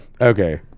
Okay